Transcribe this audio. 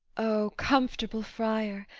o comfortable friar!